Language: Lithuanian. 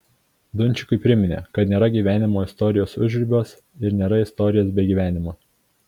dunčikui priminė kad nėra gyvenimo istorijos užribiuos ir nėra istorijos be gyvenimo